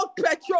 petrol